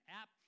app